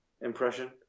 impression